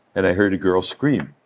and i heard a girl scream.